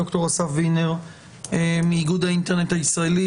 ד"ר אסף וינר מאיגוד האינטרנט הישראלי,